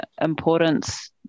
importance